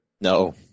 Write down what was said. No